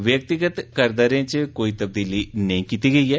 व्यक्तिगत कर दरें च कोई तब्दीली नेंई कीती गेई ऐ